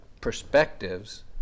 perspectives